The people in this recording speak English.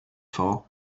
for